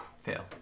fail